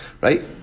right